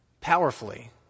powerfully